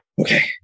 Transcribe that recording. okay